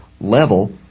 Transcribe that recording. level